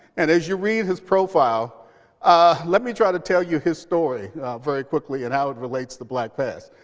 and as you read his profile ah let me try to tell you his story very quickly and how it relates to blackpast.